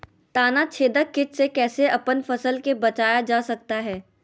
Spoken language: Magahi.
तनाछेदक किट से कैसे अपन फसल के बचाया जा सकता हैं?